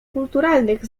kulturalnych